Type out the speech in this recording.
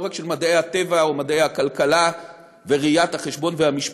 לא רק של מדעי הטבע או מדעי הכלכלה וראיית החשבון והמשפטים.